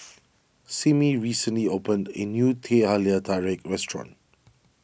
Simmie recently opened a new Teh Halia Tarik restaurant